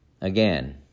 Again